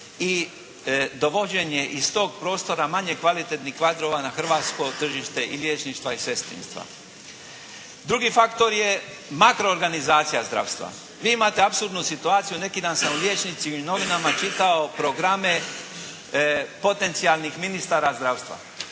i dovođenje iz tog prostora manje kvalitetnih kadrova na hrvatsko tržište i liječništva i sestrinstva. Drugi faktor je makroorganizacija zdravstva. Vi imate apsolutnu situaciju, neki dan …/Zbog buke u dvorani, govornik se ne razumije./… u novinama čitao programe potencijalnih ministara zdravstva.